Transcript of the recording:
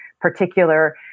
particular